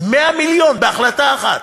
100 מיליון בהחלטה אחת,